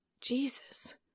Jesus